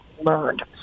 learned